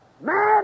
Man